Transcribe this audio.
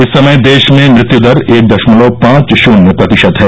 इस समय देश में मृत्यु दर एक दशमलव पांच शून्य प्रतिशत है